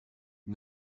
wir